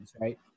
right